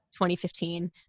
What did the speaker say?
2015